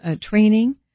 training